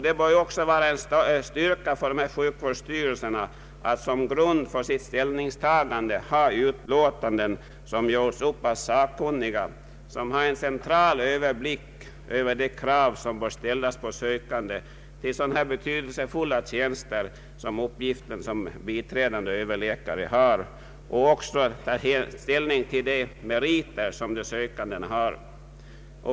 Det bör också vara en styrka för sjukvårdsstyrelserna att som grund för sitt ställningstagande ha utlåtanden som gjorts upp av sakkunniga med en central överblick över de krav som bör ställas på sökande till så betydelsefulla tjänster som biträdande överläkartjänster och som också har att ta ställning till de meriter som sö kandena har.